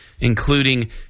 including